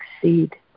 succeed